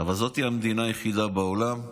אבל זאת המדינה היחידה בעולם,